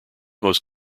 most